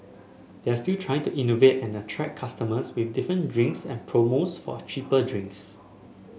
they're still trying to innovate and attract customers with different drinks and promos for cheaper drinks